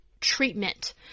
treatment